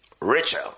Rachel